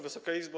Wysoka Izbo!